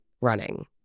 running